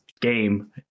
game